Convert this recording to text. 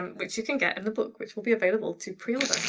um which you can get in the book which will be available to pre-order.